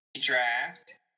draft